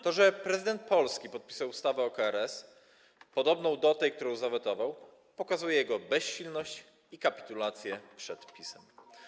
To, że prezydent Polski podpisał ustawę o KRS podobną do tej, którą zawetował, pokazuje jego bezsilność i kapitulację przed PiS.